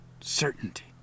certainty